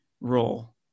role